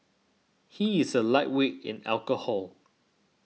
he is a lightweight in alcohol